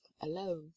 alone